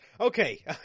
Okay